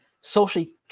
socially